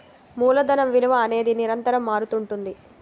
మూలధనం విలువ అనేది నిరంతరం మారుతుంటుంది